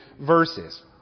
verses